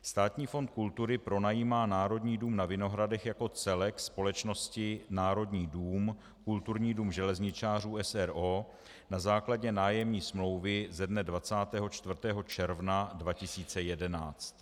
Státní fond kultury pronajímá Národní dům na Vinohradech jako celek společnosti Národní dům, Kulturní dům železničářů, s. r. o., na základě nájemní smlouvy ze dne 24. června 2011.